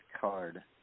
Card